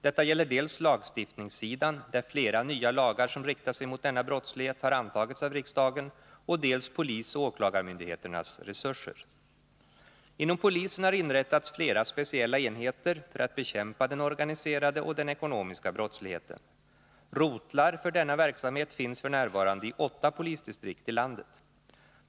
Detta gäller dels lagstiftningssidan, där flera nya lagar som riktar sig mot denna brottslighet har antagits av riksdagen, dels polisoch åklagarmyndigheternas resurser. Inom polisen har inrättats flera speciella enheter för att bekämpa den organiserade och den ekonomiska brottsligheten. Rotlar för denna verksamhet finns f. n. i åtta polisdistrikt i landet.